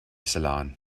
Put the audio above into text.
salon